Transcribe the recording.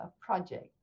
project